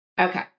Okay